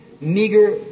meager